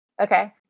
Okay